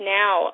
now